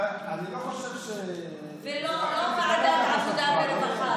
אני לא חושב, ולא, לא ועדת העבודה והרווחה.